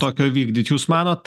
tokio vykdyt jūs manote